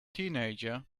teenager